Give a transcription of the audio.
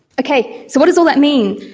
okay, so what does all that mean?